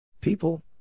People